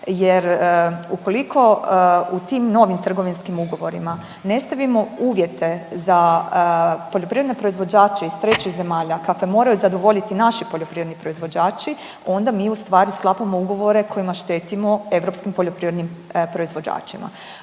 jer ukoliko u tim novim trgovinskim ugovorima ne stavimo uvjete za poljoprivredne proizvođače iz trećih zemalja kakve moraju zadovoljiti naši poljoprivredni proizvođači, onda mi ustvari sklapamo ugovore kojima štetimo europskim poljoprivrednim proizvođačima.